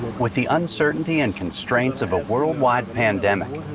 with the uncertainty and constraints of a worldwide pandemic,